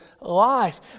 life